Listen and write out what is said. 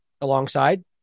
Alongside